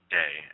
day